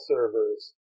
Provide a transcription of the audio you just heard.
Servers